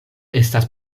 estas